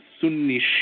Sunni